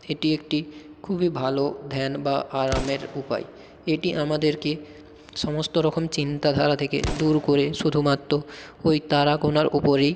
এটি একটি খুবই ভালো ধ্যান বা আরামের উপায় এটি আমাদেরকে সমস্ত রকম চিন্তাধারা থেকে দূর করে শুধুমাত্র ওই তারা গোনার ওপরেই